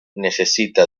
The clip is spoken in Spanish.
necesita